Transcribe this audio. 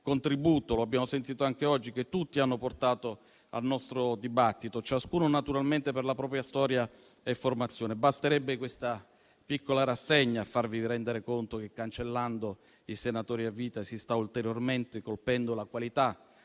contributo - lo abbiamo sentito anche oggi - che tutti hanno portato al nostro dibattito, ciascuno naturalmente per la propria storia e formazione. Basterebbe questa piccola rassegna a farvi rendere conto che, cancellando i senatori a vita, si stanno ulteriormente colpendo la qualità